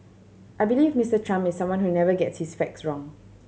I believe Mister Trump is someone who never gets his facts wrong